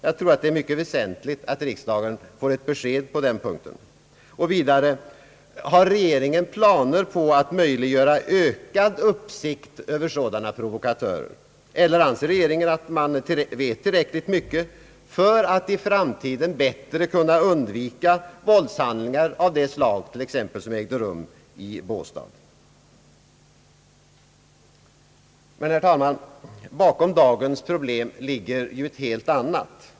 Det vore mycket väsentligt om riksdagen finge besked på den punkten. Vidare vill jag fråga om regeringen har planer på att möjliggöra ökad uppsikt över sådana provokatörer, eller om regeringen anser sig veta tillräckligt mycket för att i framtiden bättre kunna undvika våldshandlingar av det slag som exempelvis ägde rum i Båstad. Herr talman! Bakom dagens problem ligger något helt annat.